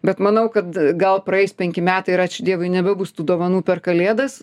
bet manau kad gal praeis penki metai ir ačiū dievui nebebus tų dovanų per kalėdas